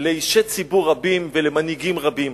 לאישי ציבור רבים ולמנהיגים רבים,